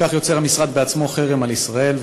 כך יוצר המשרד בעצמו חרם על ישראל.